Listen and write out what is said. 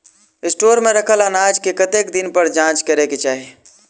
Store मे रखल अनाज केँ कतेक दिन पर जाँच करै केँ चाहि?